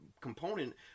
component